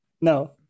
No